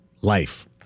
life